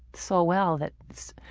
so well that it's